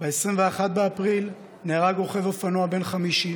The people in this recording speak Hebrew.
ב-21 באפריל נהרג רוכב אופנוע בן 50,